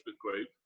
group